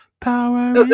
Power